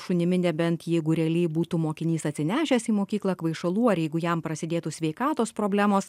šunimi nebent jeigu realiai būtų mokinys atsinešęs į mokyklą kvaišalų ar jeigu jam prasidėtų sveikatos problemos